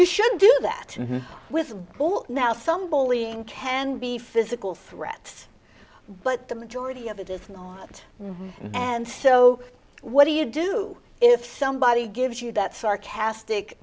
you should do that with all now some bullying can be physical threats but the majority of it is not and so what do you do if somebody gives you that sarcastic